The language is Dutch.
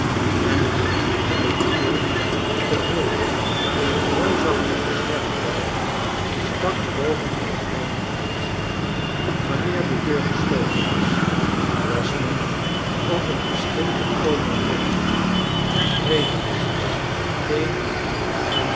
en een ronde duiventil gehuld in een reusachtigen zwerm duiven stak boven de omheiming uit wanneer de deur gesloten was las men op een geschildcrd koperea bordje yredelust t en